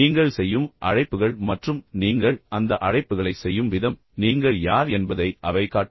நீங்கள் செய்யும் அழைப்புகள் மற்றும் நீங்கள் அந்த அழைப்புகளை செய்யும் விதம் நீங்கள் யார் என்பதை அவை காட்டும்